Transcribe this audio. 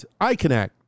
iConnect